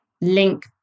link